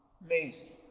Amazing